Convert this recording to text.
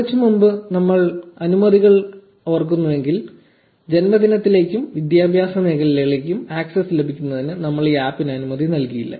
കുറച്ച് മുമ്പ് നിങ്ങൾ അനുമതികൾ ഓർക്കുന്നുവെങ്കിൽ ജന്മദിനത്തിലേക്കും വിദ്യാഭ്യാസ മേഖലകളിലേക്കും ആക്സസ് ലഭിക്കുന്നതിന് നമ്മൾ ഈ ആപ്പിന് അനുമതി നൽകിയില്ല